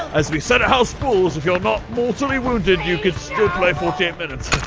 as we said at house bulls, if you're not mortally wounded, you can still play forty eight minutes.